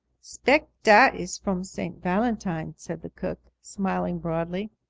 spect da is from st. valentine, said the cook, smiling broadly.